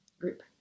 group